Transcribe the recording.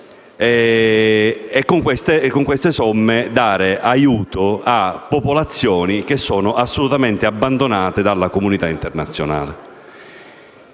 Con queste somme danno aiuto a popolazioni che sono assolutamente abbandonate dalla comunità internazionale.